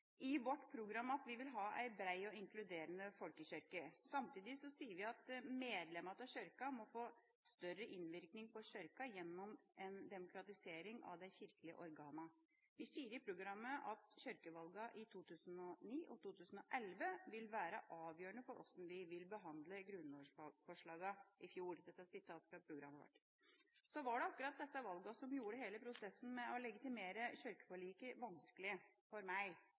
i vårt program at vi vil ha en bred og inkluderende folkekirke. Samtidig sier vi at medlemmene av Kirken må få større innvirkning på Kirken gjennom en demokratisering av de kirkelige organene. Vi sier i programmet at kirkevalgene i 2009 og 2011 vil være avgjørende for hvordan vi vil behandle grunnlovsforslagene i fjor. Dette er fra programmet vårt. Så var det akkurat disse valgene som gjorde hele prosessen med å legitimere kirkeforliket vanskelig for meg.